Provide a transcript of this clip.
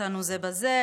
לשסות אותנו זה בזה,